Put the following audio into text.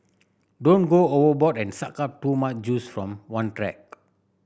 don't go overboard and suck up too much juice from one track